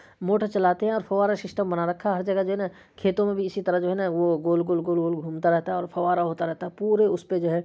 motor چلاتے ہیں اور فوارہ سسٹم بنا رکھا ہے ہر جگہ جو ہے نا کھیتوں میں بھی اسی طرح جو ہے نا وہ گول گول گول گول گھومتا رہتا ہے اور فوارہ ہوتا رہتا ہے پورے اس پہ جو ہے